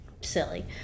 silly